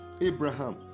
Abraham